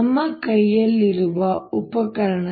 ನಮ್ಮ ಕೈಯಲ್ಲಿರುವ ಉಪಕರಣಗಳು